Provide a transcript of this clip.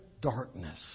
darkness